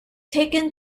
taken